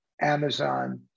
Amazon